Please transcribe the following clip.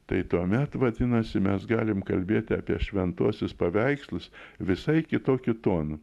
tai tuomet vadinasi mes galim kalbėti apie šventuosius paveikslus visai kitokiu tonu